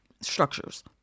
structures